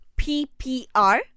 PPR